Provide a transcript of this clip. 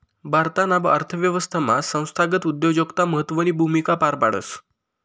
भारताना अर्थव्यवस्थामा संस्थागत उद्योजकता महत्वनी भूमिका पार पाडस